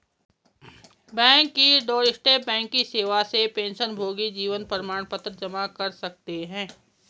bank की doorstep banking सेवा से पेंशनभोगी जीवन प्रमाण पत्र जमा कर सकते हैं